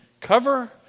Cover